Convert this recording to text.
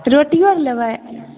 रोटियो लेबै